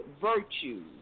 virtues